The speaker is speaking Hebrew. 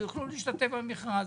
יוכלו להשתתף במכרז.